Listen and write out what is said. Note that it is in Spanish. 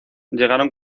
llegaron